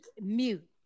mute